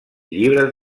llibres